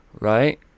right